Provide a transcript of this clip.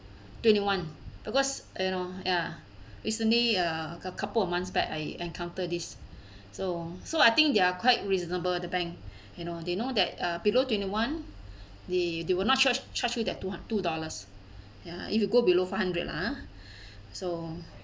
twenty one because uh you know ya recently uh a couple of months back I encounter this so so I think they are quite reasonable the bank you know they know that uh below twenty one they they will not charge charge you that two hund~ two dollars ya if you go below five hundred lah ah so